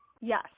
Yes